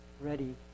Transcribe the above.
ready